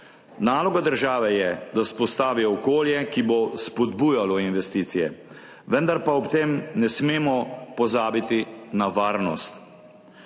Naloga države je, da vzpostavi okolje, ki bo spodbujalo investicije, vendar pa ob tem ne smemo pozabiti na varnost.